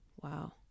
Wow